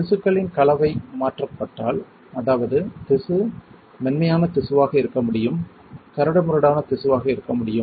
திசுக்களின் கலவை மாற்றப்பட்டால் அதாவது திசு மென்மையான திசுவாக இருக்க முடியும் கரடுமுரடான திசுவாக இருக்க முடியும்